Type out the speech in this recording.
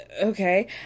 Okay